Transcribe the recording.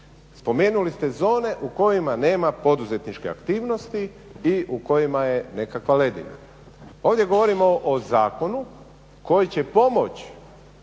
Spomenuli ste zone u kojima nema poduzetničke aktivnosti i u kojima je nekakva ledina. Ovdje govorimo o zakonu koji će pomoć